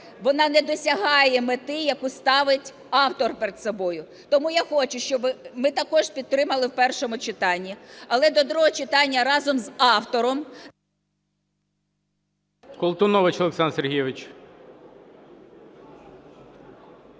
вона не досягає мети, яку ставить автор перед собою. Тому я хочу, щоб ми також підтримали в першому читанні, але до другого читання разом з автором…